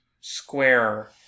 square